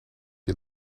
you